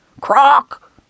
Croak